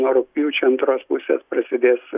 nuo rugpjūčio antros pusės prasidės